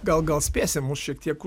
gal gal spėsim mus šiek tiek